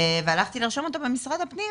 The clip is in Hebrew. והלכתי לרשום אותה במשרד הפנים,